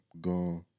gone